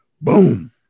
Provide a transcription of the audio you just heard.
Boom